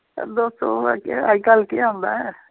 दो सौ दा अजकल्ल केह् औंदा ऐ